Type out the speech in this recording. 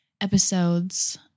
episodes